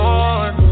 Lord